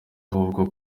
ahubwo